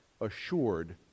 assured